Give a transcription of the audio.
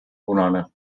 punane